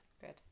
Good